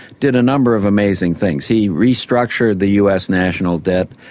did a number of amazing things. he restructured the us national debt.